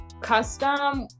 custom